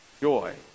joy